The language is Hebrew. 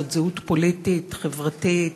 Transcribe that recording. זאת זהות פוליטית, חברתית,